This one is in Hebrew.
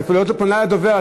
את אפילו לא פונה לדובר.